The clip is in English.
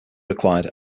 required